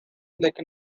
like